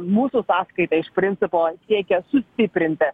mūsų sąskaita iš principo siekia sustiprinti